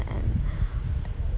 and